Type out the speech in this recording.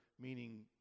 meaning